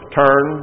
turn